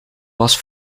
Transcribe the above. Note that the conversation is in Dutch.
was